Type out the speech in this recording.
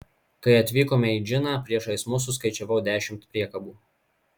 kai atvykome į džiną priešais mus suskaičiavau dešimt priekabų